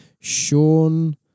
Sean